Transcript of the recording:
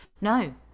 No